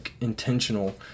intentional